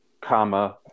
comma